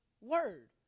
word